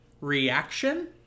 reaction